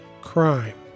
crime